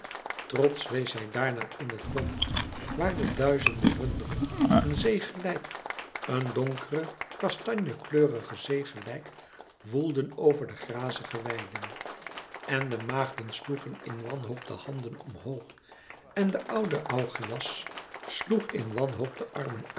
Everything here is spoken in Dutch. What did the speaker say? trotsch wees hij daarna in het rond waar de duizende runderen een zee gelijk een donkere kastanjekleurige zee gelijk woelden over de grazige weiden en de maagden sloegen in wanhoop de handen omhoog en de oude augeias sloeg in wanhoop de armen